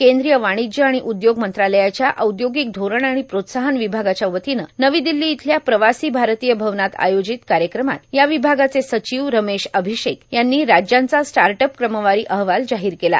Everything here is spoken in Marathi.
कद्रीय वर्गाणज्य आर्ाण उदयोग मंत्रालयाच्या औदर्योगिक धोरण आर्ाण प्रोत्साहन ववभागाच्यावतीनं नवी र्दिल्लो इथल्या प्रवासी भारतीय भवनात आयोजित कायंक्रमात या र्वभागाचे र्साचव रमेश र्आभषेक यांनी राज्यांचा स्टाटअप क्रमवारी अहवाल जाहीर केला